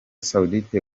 saudite